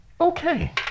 okay